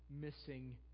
missing